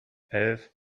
elf